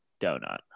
donut